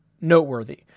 Noteworthy